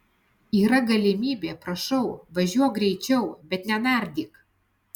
yra galimybė prašau važiuok greičiau bet nenardyk